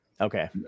Okay